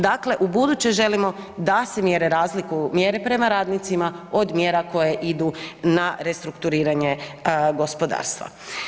Dakle, ubuduće želimo da se mjere razlikuju, mjere prema radnicima od mjera koje idu na restrukturiranje gospodarstva.